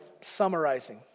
summarizing